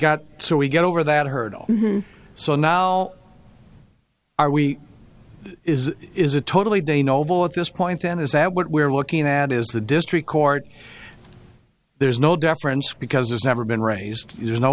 got so we get over that hurdle so now are we is is a totally de novo at this point then is that what we're looking at is the district court there's no deference because there's never been raised you know